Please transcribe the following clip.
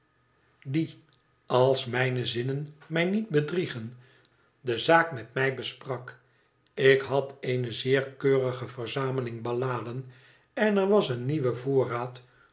die als mijne zinnen mij niet bedriegen de zaak met mij besprak ik had eene zeer keurige verzameling balladen en er was een nieuwe voorraad